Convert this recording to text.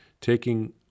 taking